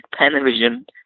Panavision